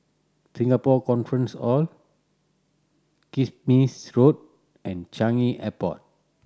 Singapore Conference Hall Kismis Road and Changi Airport